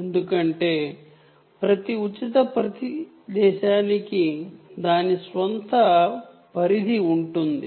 ఎందుకంటే ప్రతి దేశానికి దాని స్వంత రేంజ్ ఉంటుంది